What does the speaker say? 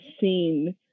scene